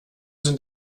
sind